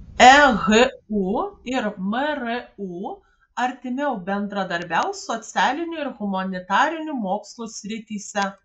ehu ir mru artimiau bendradarbiaus socialinių ir humanitarinių mokslų srityse